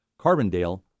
Carbondale